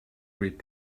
read